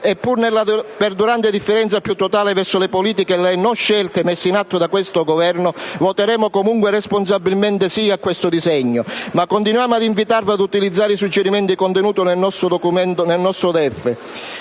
pur nella perdurante diffidenza più totale verso le politiche e le non-scelte messe in atto da questo Governo, voteremo comunque responsabilmente sì a questo disegno di legge, ma continuiamo ad invitarvi ad utilizzare i suggerimenti contenuti nel nostro DEF.